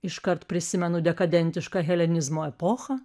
iškart prisimenu dekadentiška helenizmo epochą